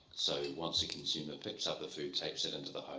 so once the consumer picks up the food, takes it into the